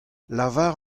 lavar